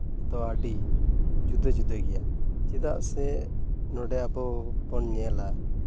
ᱫᱚ ᱟᱹᱰᱤ ᱡᱩᱫᱟᱹ ᱡᱩᱫᱟᱹ ᱜᱮᱭᱟ ᱪᱮᱫᱟᱜ ᱥᱮ ᱱᱚᱰᱮ ᱟᱵᱚ ᱵᱚᱱ ᱧᱮᱞᱟ